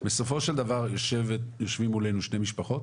בסופו של דבר, יושבות מולנו שתי משפחות